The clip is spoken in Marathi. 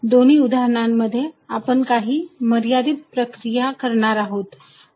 दोन्ही उदाहरणांमध्ये आपण काही मर्यादित प्रक्रिया करणार आहोत